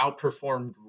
outperformed